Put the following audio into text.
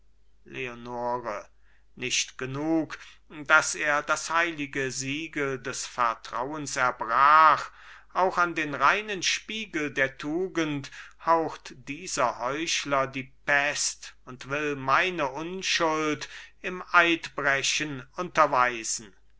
leonore nicht genug daß er das heilige siegel des vertrauens erbrach auch an den reinen spiegel der tugend haucht dieser heuchler die pest und will meine unschuld im eidbrechen unterweisen